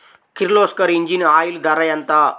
Kirloskar engine oil ధర ఎంత?